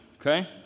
Okay